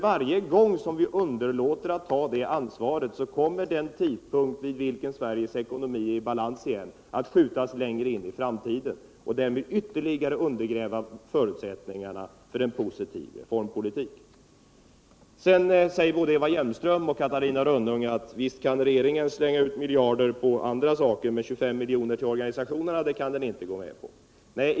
Varje gång vi underlåter att ta detta ansvar kommer den tidpunkt vid vilken Sveriges ekonomi är i balans igen att skjutas längre in i framtiden, och därmed undergräver vi ytterligare förutsättningarna för en positiv reformpolitik. Både Eva Hjelmström och Catarina Rönnung säger att regeringen kan slänga ut miljarder på andra saker, men den kan inte gå med på 25 milj.kr. till organisationerna.